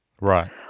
Right